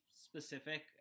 specific